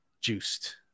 Juiced